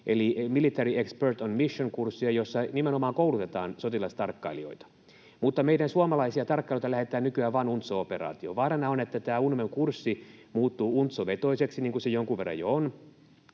eli Military Experts on Mission ‑kurssia, jolla nimenomaan koulutetaan sotilastarkkailijoita. Mutta meidän suomalaisia tarkkailijoita lähetetään nykyään vain UNTSO-operaatioon, ja vaarana on, että tämä UNMEM-kurssi muuttuu UNTSO-vetoiseksi, niin kuin se jonkun verran jo on,